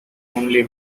only